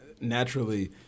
naturally